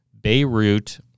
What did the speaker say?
Beirut